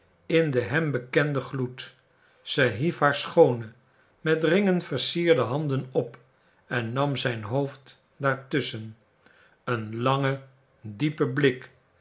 in den hem bekenden gloed ze hief haar schoone met ringen versierde handen op en nam zijn hoofd daar tusschen een lange diepe blik